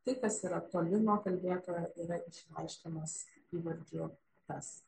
tai kas yra toli nuo kalbėtojo yra išreiškiamas įvardžiu tas